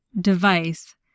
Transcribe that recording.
device